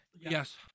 Yes